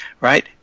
right